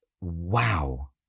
wow